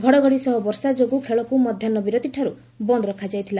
ଘଡ଼ଘଡ଼ି ସହ ବର୍ଷା ଯୋଗୁଁ ଖେଳକୁ ମଧ୍ୟାହ୍ନ ବିରତିଠାରୁ ବନ୍ଦ ରଖାଯାଇଥିଲା